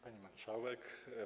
Pani Marszałek!